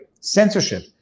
censorship